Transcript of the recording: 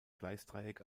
gleisdreieck